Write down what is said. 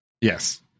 Yes